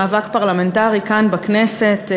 מאבק פרלמנטרי כאן בכנסת,